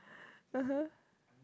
(uh huh)